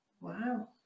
Wow